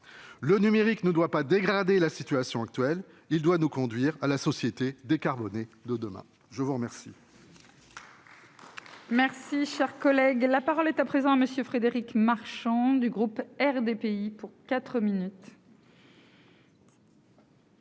Le numérique ne doit pas dégrader la situation actuelle, il doit nous conduire à la société décarbonée de demain. La parole